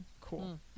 Cool